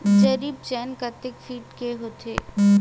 जरीब चेन कतेक फीट के होथे?